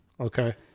Okay